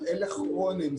אבל אלה כרוניים.